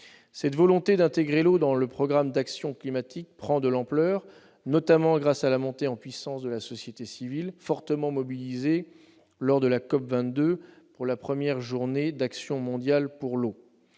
Cette volonté d'intégrer l'eau dans le programme d'action climatique prend de l'ampleur, notamment grâce à la montée en puissance de la société civile, fortement mobilisée lors de la COP22, pour la première journée d'action mondiale pour l'eau.